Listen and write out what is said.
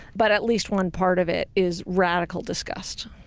but at least one part of it is radical disgust.